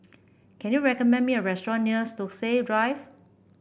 can you recommend me a restaurant near Stokesay Drive